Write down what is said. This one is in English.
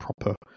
proper